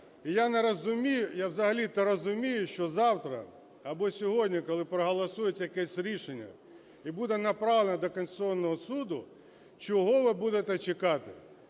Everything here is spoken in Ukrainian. я взагалі-то розумію, що завтра або сьогодні, коли проголосується якесь рішення і буде направлене до Конституційного Суду, чого ви будете чекати,